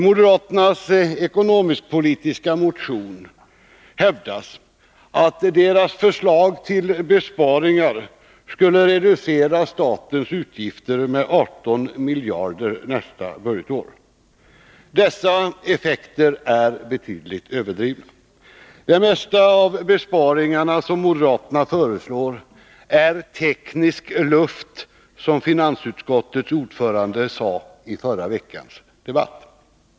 Moderaterna hävdar i sin ekonomisk-politiska motion att deras förslag till besparingar skulle reducera statens utgifter med 18 miljarder nästa budgetår. Dessa effekter är betydligt överdrivna. Det mesta av de besparingar som moderaterna föreslår är ”teknisk luft”, som finansutskottets ordförande sade i förra veckans debatt.